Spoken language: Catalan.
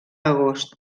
agost